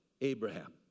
Abraham